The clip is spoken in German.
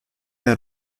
der